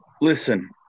listen